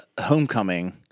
Homecoming